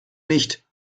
nicht